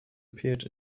appeared